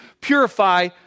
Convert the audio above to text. purify